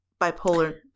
bipolar